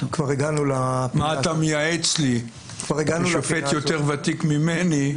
מה אתה מייעץ לי, כשופט יותר ותיק ממני?